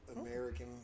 American